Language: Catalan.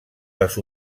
les